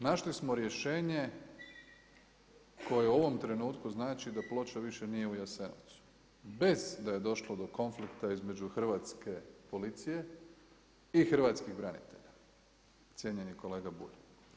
Našli smo rješenje, koje u ovom trenutku znači da ploča više nije u Jasenovcu, bez da je došlo do konflikta između Hrvatske policije i hrvatskih branitelja, cijenjeni kolega Bulj.